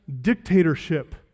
dictatorship